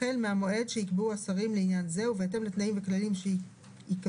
החל מהמועד שיקבעו השרים לעניין זה ובהתאם לתנאים ולכללים שיקבעו,